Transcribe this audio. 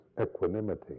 equanimity